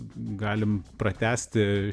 galim pratęsti